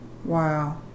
wow